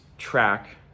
Track